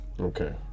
Okay